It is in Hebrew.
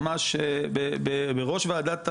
ממש בראש ועדת המעקב,